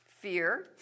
fear